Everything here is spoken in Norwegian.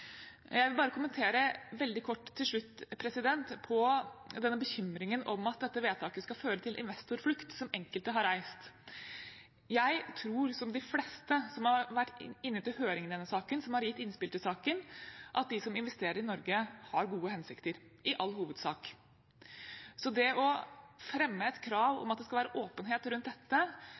Jeg vil til slutt kommentere veldig kort den bekymringen om at dette vedtaket skal føre til investorflukt, som enkelte har reist: Jeg tror, som de fleste som har vært inne til høring i denne saken, som har gitt innspill til saken, at de som investerer i Norge, har gode hensikter – i all hovedsak. Det å fremme et krav om at det skal være åpenhet rundt dette,